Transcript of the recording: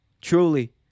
Truly